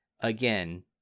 again